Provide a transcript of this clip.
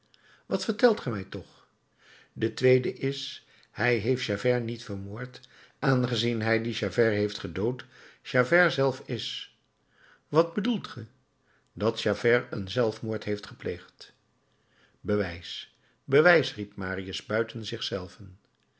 wat vertelt ge mij toch de tweede is hij heeft javert niet vermoord aangezien hij die javert heeft gedood javert zelf is wat bedoelt ge dat javert een zelfmoord heeft gepleegd bewijs bewijs riep marius buiten zich zelven